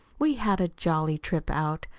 we had a jolly trip out.